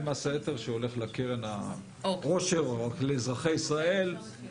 מס היתר שהולך לקרן העושר או לאזרחי ישראל,